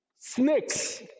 snakes